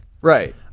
Right